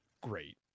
great